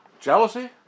jealousy